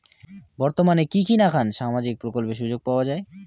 বর্তমানে কি কি নাখান সামাজিক প্রকল্পের সুযোগ পাওয়া যায়?